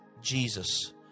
Jesus